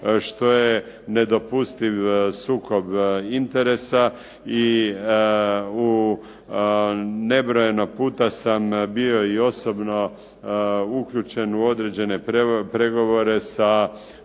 što je nedopustiv sukob interesa i u nebrojeno puta sam bio i osobno uključen u određene pregovore sa